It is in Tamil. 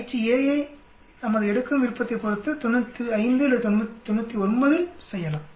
Ha ஐ நமது எடுக்கும் விருப்பத்தை பொருத்து 95 அல்லது 99 ல் செய்யலாம்